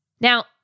Now